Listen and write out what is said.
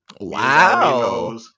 Wow